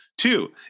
Two